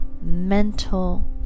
mental